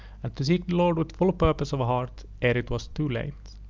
and to seek the lord with full purpose of heart ere it was too late.